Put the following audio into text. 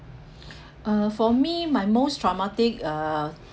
uh for me my most traumatic uh